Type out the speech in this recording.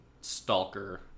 Stalker